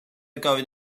gofyn